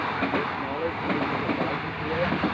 and this knowledge may be of value to us?